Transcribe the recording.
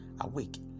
awake